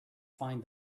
find